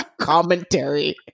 commentary